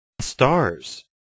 stars